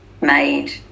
made